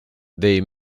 they